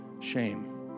Shame